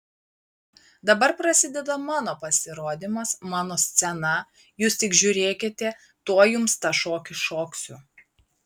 dabar prasideda mano pasirodymas mano scena jūs tik žiūrėkite tuoj jums tą šokį šoksiu